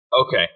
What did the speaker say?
Okay